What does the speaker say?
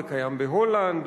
זה קיים בהולנד,